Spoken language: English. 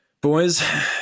boys